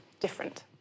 different